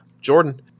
Jordan